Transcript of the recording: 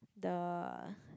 the